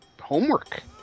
homework